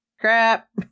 crap